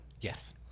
Yes